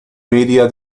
media